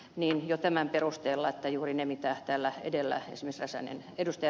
niin ja tämän perusteella että juuri ne mitä täällä edellä esimerkiksi ed